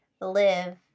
live